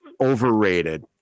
overrated